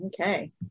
Okay